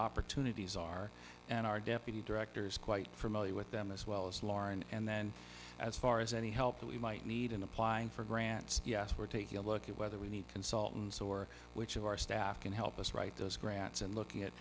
opportunities are and our deputy directors quite familiar with them as well as lauren and then as far as any help that we might need in applying for grants yes we're taking a look at whether we need consultants or which of our staff can help us right does grants and looking at